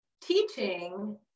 teaching